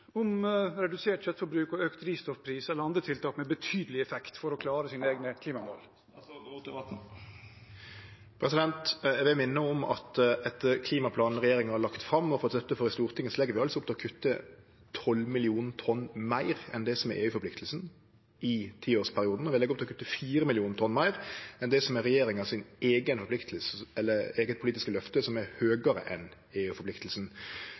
om redusert kjøttforbruk og økt drivstoffpris eller andre tiltak med betydelig effekt, for å klare sine egne klimamål? Eg vil minne om at etter klimaplanen regjeringa har lagt fram og fått støtte for i Stortinget, legg vi altså opp til å kutte 12 millionar tonn meir enn det som er EU-forpliktinga i tiårsperioden, og vi legg opp til å kutte 4 millionar tonn meir enn det som er regjeringa sitt eige politiske løfte, som er høgare enn